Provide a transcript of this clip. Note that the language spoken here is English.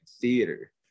theater